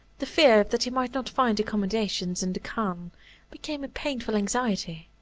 the fear that he might not find accommodations in the khan became a painful anxiety